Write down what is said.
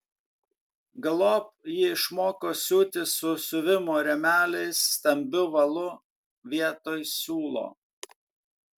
galop ji išmoko siūti su siuvimo rėmeliais stambiu valu vietoj siūlo